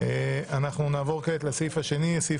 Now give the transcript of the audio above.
אנחנו נעבור כעת לסעיף השני שבסדר היום,